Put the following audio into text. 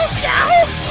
show